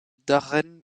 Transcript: darren